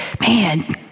man